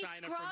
China